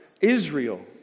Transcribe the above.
Israel